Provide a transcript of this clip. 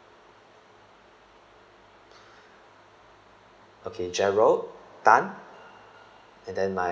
okay gerald tan and then my